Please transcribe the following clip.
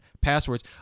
passwords